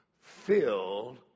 filled